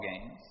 games